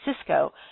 cisco